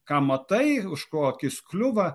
ką matai už ko akis kliūva